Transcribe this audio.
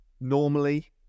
normally